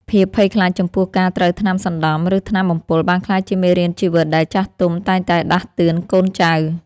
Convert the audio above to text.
ភាពភ័យខ្លាចចំពោះការត្រូវថ្នាំសណ្ដំ ឬថ្នាំបំពុលបានក្លាយជាមេរៀនជីវិតដែលចាស់ទុំតែងតែដាស់តឿនកូនចៅ។